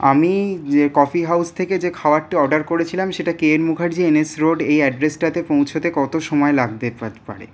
আমি যে coffee house থেকে যে খাওয়ারটি অর্ডার করেছিলাম সেটা K N Mukherjee N S road এই অ্যাড্রেসটাতে পৌঁছোতে কত সময় লাগতে পারে